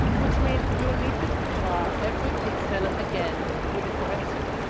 which means we'll need to draw every pixel again with the correction.